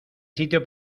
sitio